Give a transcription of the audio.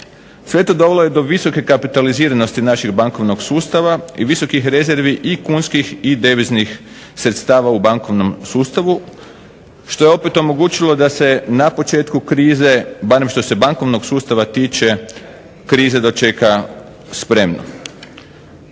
Sve to dovelo je do visoke kapitaliziranosti našeg bankovnog sustava i visokih rezervi i kunskih i deviznih sredstava u bankovnom sustavu što je opet omogućilo da se na početku krize barem što se bankovnog sustava tiče krize dočeka spremno.